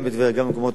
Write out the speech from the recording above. גם במקומות אחרים,